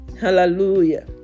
hallelujah